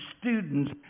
students